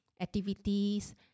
activities